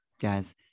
Guys